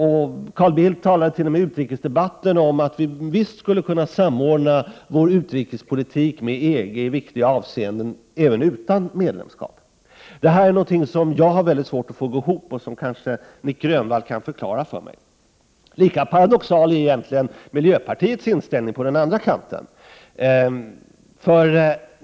Carl Bildt talade i utrikespolitiska debatten t.o.m. om att vi visst skulle kunna samordna vår utrikespolitik med EG i viktiga avseenden även utan medlemskap. Det är någonting som jag har väldigt svårt att få att gå ihop men som kanske Nic Grönvall kan förklara för mig. Lika paradoxal är egentligen miljöpartiets inställning på den andra kanten.